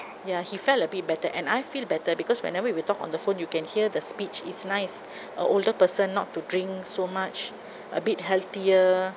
ya he felt a bit better and I feel better because whenever we talk on the phone you can hear the speech it's nice a older person not to drink so much a bit healthier